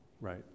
right